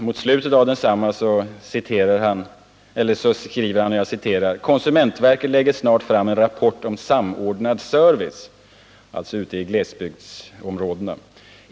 Mot slutet av densamma skriver han: ”Konsumentverket lägger snart fram en rapport om samordnad service” — ute i glesbygdsområdena.